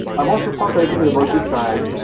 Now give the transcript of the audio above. i want to talk a little bit about this guy.